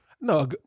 No